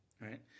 Right